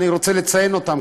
ואני רוצה לציין אותם,